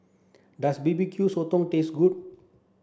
Does B B Q Sotong taste good